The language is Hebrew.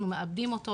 אנחנו מעבדים אותו,